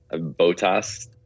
Botas